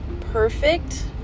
perfect